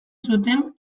zuten